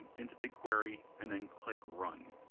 into bigquery, and then click run.